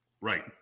Right